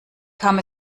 kam